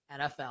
NFL